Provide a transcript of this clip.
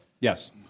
Yes